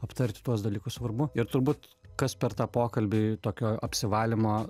aptarti tuos dalykus svarbu ir turbūt kas per tą pokalbį tokio apsivalymo